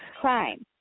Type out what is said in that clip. crime